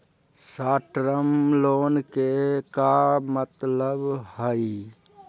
Short term loan के का मतलब हई?